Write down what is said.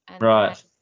Right